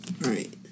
Right